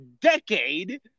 decade